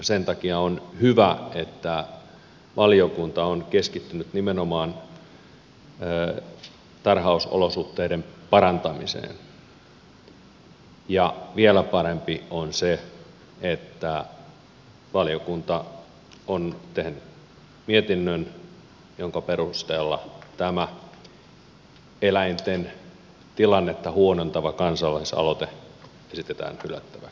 sen takia on hyvä että valiokunta on keskittynyt nimenomaan tarhausolosuhteiden parantamiseen ja vielä parempi on se että valiokunta on tehnyt mietinnön jonka perusteella tämä eläinten tilannetta huonontava kansalaisaloite esitetään hylättäväksi